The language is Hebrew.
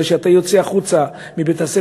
אלא כשאתה יוצא החוצה מבית-הספר,